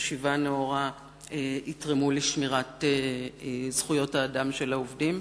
חשיבה נאורה יתרמו לשמירה על זכויות האדם של העובדים,